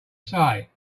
say